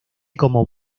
como